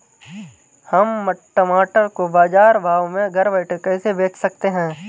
हम टमाटर को बाजार भाव में घर बैठे कैसे बेच सकते हैं?